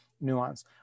nuance